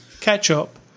ketchup